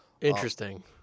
Interesting